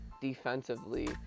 defensively